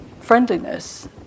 friendliness